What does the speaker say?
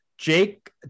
Jake